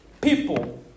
people